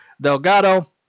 Delgado